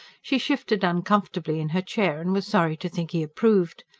she shifted uncomfortably in her chair, and was sorry to think he approved.